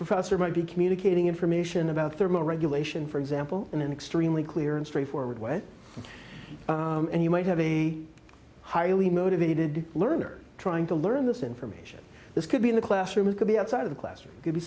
professor might be communicating information about thermo regulation for example in an extremely clear and straightforward way and you might have a highly motivated learner trying to learn this information this could be in the classroom it could be outside of the classroom could be